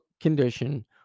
condition